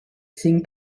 cinc